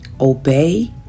Obey